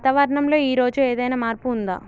వాతావరణం లో ఈ రోజు ఏదైనా మార్పు ఉందా?